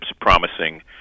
promising